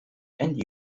end